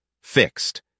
Fixed